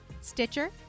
Stitcher